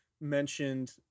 mentioned